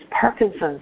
Parkinson's